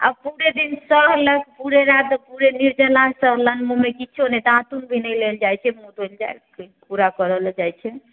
आओर पूरे दिन सहलक पूरे रात पूरे निर्जला सहलन मुँहमे किछो भी नहि दातून भी नहि लेल जाइ छै मुँहो नहि धोअल जाइ छै कुर्रा करै लऽ जाइ छै